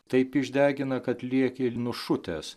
taip išdegina kad lieki ir nušutęs